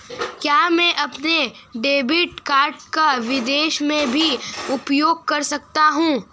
क्या मैं अपने डेबिट कार्ड को विदेश में भी उपयोग कर सकता हूं?